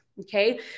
Okay